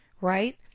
right